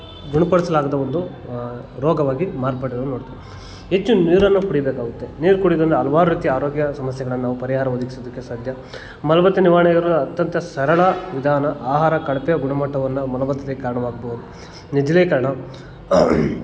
ಗುಣ ಪಡಿಸಲಾಗದ ಒಂದು ರೋಗವಾಗಿ ಮಾರ್ಪಟ್ಟಿರೋದನ್ನ ನೋಡ್ತೇವೆ ಹೆಚ್ಚು ನೀರನ್ನು ಕುಡಿಬೇಕಾಗುತ್ತೆ ನೀರು ಕುಡಿಯೋದ್ರಿಂದ ಹಲ್ವಾರ್ ರೀತಿಯ ಆರೋಗ್ಯ ಸಮಸ್ಯೆಗಳನ್ನು ನಾವು ಪರಿಹಾರ ಒದಗಿಸೋದಕ್ಕೆ ಸಾಧ್ಯ ಮಲಬದ್ಧತೆ ನಿವಾರಣೆ ಅತ್ಯಂತ ಸರಳ ವಿಧಾನ ಆಹಾರ ಕಳಪೆ ಗುಣಮಟ್ಟವನ್ನು ಮಲಬದ್ದತೆಗೆ ಕಾರಣವಾಗ್ಬೋದು ನಿರ್ಜಲೀಕರಣ